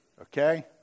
Okay